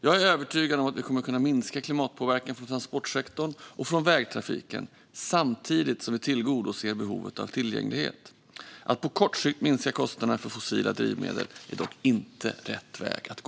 Jag är övertygad om att vi kommer att kunna minska klimatpåverkan från transportsektorn och från vägtrafiken samtidigt som vi tillgodoser behovet av tillgänglighet. Att på kort sikt minska kostnaderna för fossila drivmedel är dock inte rätt väg att gå.